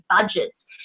budgets